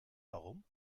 warum